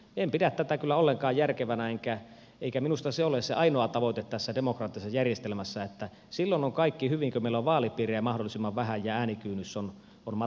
en pidä tätä kyllä ollenkaan järkevänä eikä minusta se ole se ainoa tavoite tässä demokraattisessa järjestelmässä että silloin on kaikki hyvin kun meillä on vaalipiirejä mahdollisimman vähän ja äänikynnys on matala